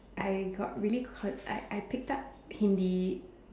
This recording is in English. I got really had I I picked up Hindi